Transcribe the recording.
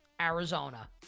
Arizona